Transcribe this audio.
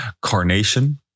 Carnation